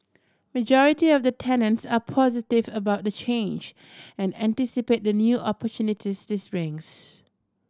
majority of the tenants are positive about the change and anticipate the new opportunities this brings